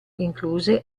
incluse